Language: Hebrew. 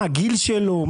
מה הגיל שלו,